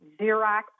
Xerox